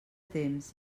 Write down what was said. temps